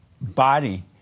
body